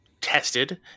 tested